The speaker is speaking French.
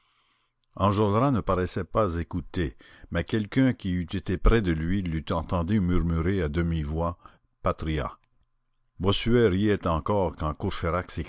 enjolras ne paraissait pas écouter mais quelqu'un qui eût été près de lui l'eût entendu murmurer à demi-voix patria bossuet riait encore quand